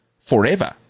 forever